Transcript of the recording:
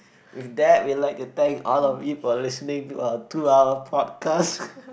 with that we'd like to thank all of you for listening to our two hour podcast